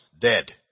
dead